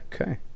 Okay